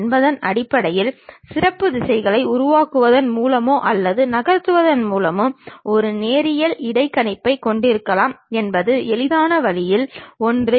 இதுபோன்ற ஒரு தளத்தை உருவாக்கும் பொழுது முறையான அளவீடுகள் மூலம் அந்த பொருளானது மிக சிறியதாகவோ அல்லது மிக பெரியதாகவோ தோன்றும்